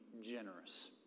generous